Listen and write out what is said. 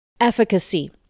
Efficacy